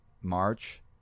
March